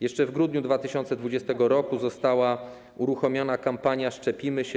Jeszcze w grudniu 2020 r. została uruchomiona kampania „Szczepimy się”